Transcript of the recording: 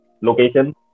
Location